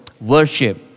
worship